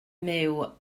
myw